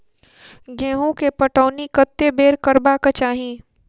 गेंहूँ केँ पटौनी कत्ते बेर करबाक चाहि?